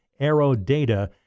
AeroData